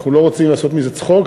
אנחנו לא רוצים לעשות מזה צחוק,